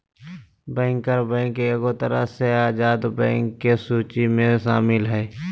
banker bank एगो तरह से आजाद बैंक के सूची मे शामिल हय